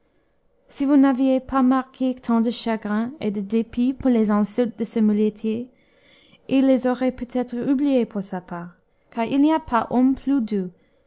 si vous n'aviez pas marqué tant de chagrin et de dépit pour les insultes de ce muletier il les aurait peut-être oubliées pour sa part car il n'y a pas homme plus doux